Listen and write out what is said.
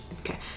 okay